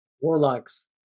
Warlock's